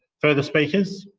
further speakers?